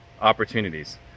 opportunities